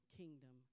kingdom